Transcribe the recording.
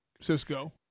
Cisco